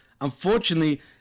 Unfortunately